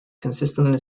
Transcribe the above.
consistently